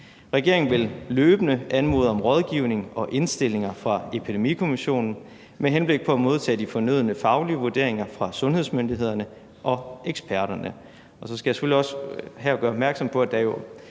Regeringen vil løbende anmode om rådgivning og indstillinger fra Epidemikommissionen med henblik på at modtage de fornødne faglige vurderinger fra sundhedsmyndighederne og eksperterne.